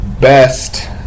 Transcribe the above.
best